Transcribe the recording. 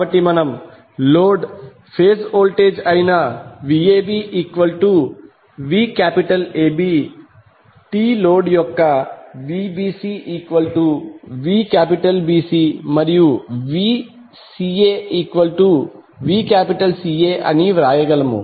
కాబట్టి మనం load phase voltage అయిన VabVAB t లోడ్ యొక్క VbcVBCమరియు VcaVCA అని వ్రాయగలము